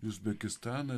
į uzbekistaną